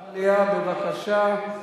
בבקשה.